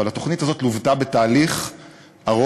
אבל התוכנית הזאת לוותה בתהליך ארוך,